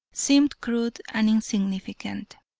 seemed crude and insignificant.